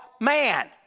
man